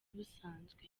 busanzwe